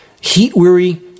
Heat-weary